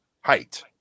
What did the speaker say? height